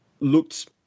looked